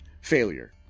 Failure